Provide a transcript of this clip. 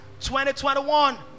2021